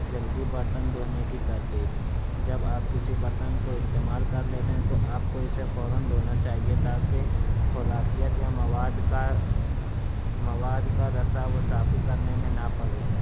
جلدی برتن دھونے کی ترتیب جب آپ کسی برتن کو استعمال کر لیتے ہیں تو آپ کو اسے فوراً دھونا چاہیے تاکہ خوراکیت یا مواد کا مواد کا رسا و صافی کرنے میں نہ پڑے